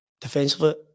defensively